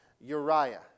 Uriah